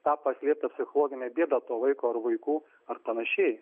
tą paslėptą psichologinę bėdą to vaiko ar vaikų ar panašiai